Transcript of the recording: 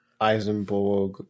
Eisenberg